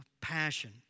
passion